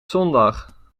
zondag